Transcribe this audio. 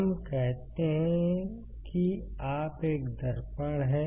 हम कहते हैं कि आप एक दर्पण है